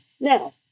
Now